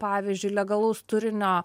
pavyzdžiui legalaus turinio